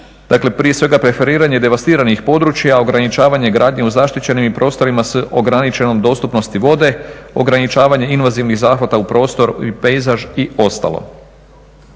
prije svega preferiranje devastiranih područja, ograničavanje gradnje u zaštićenim i prostorima s ograničenom dostupnosti vode, ograničavanje invazivnih zahvata u prostor i pejzaž i ostalo.